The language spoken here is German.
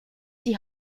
die